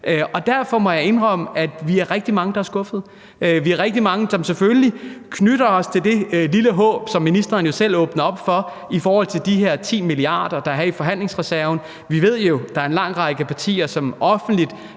Derfor må jeg indrømme, at vi er rigtig mange, der er skuffede. Vi er rigtig mange, der selvfølgelig klynger os til det lille håb, som ministeren selv åbnede op for, nemlig de her 10 mia. kr., der er i forhandlingsreserven. Vi ved jo, at der er en lang række partier, som offentligt